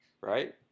right